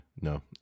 No